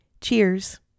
Cheers